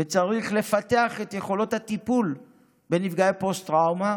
וצריך לפתח את יכולות הטיפול בנפגעי הפוסט-טראומה